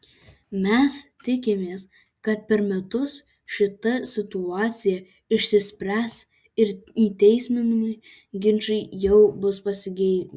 mes tikimės kad per metus šita situacija išsispręs ir teisminiai ginčai jau bus pasibaigę